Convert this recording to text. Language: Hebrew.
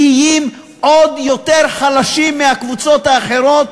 הם נהיים עוד יותר חלשים מהקבוצות האחרות.